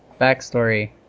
backstory